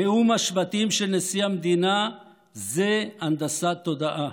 נאום השבטים של נשיא המדינה זה הנדסת תודעה.